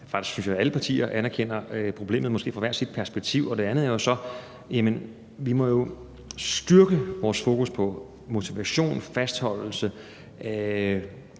jeg, at alle partier anerkender problemet, måske fra hvert deres perspektiv. For det andet må vi jo styrke vores fokus på motivation, fastholdelse,